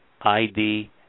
ID